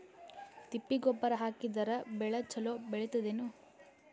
ತಿಪ್ಪಿ ಗೊಬ್ಬರ ಹಾಕಿದರ ಬೆಳ ಚಲೋ ಬೆಳಿತದೇನು?